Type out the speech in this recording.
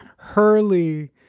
Hurley